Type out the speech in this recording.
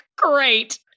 Great